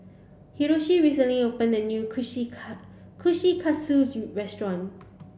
Hiroshi recently opened a new Kushikatsu restaurant